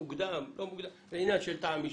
מוקדם או לא מוקדם זה עניין של טעם אישי.